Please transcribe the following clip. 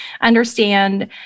understand